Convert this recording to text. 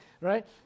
right